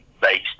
based